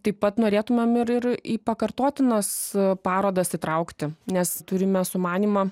taip pat norėtumėm ir ir į pakartotinas parodas įtraukti nes turime sumanymą